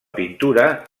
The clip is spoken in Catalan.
pintura